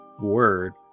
word